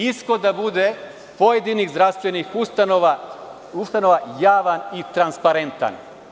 Ishod da bude pojedinih zdravstvenih ustanova javan i transparentan.